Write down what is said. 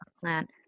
plant